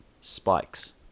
Spikes